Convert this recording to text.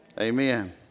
Amen